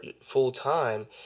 full-time